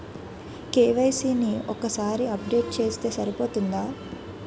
KYC ని ఒక్కసారి update చేస్తే సరిపోతుందా?